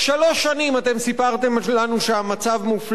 שלוש שנים סיפרתם לנו שהמצב מופלא,